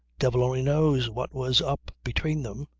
devil only knows what was up between them.